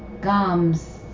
gums